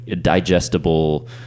digestible